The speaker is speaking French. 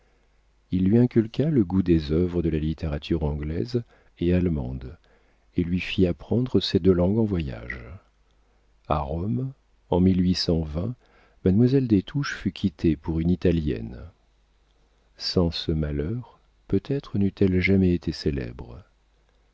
il lui inculqua le goût des œuvres de la littérature anglaise et allemande et lui fit apprendre ces deux langues en voyage a rome en destouches fut quittée pour une italienne sans ce malheur peut-être n'eût-elle jamais été célèbre